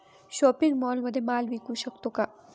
Shopping मॉलमध्ये माल विकू शकतो का?